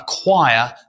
acquire